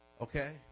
okay